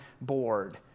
board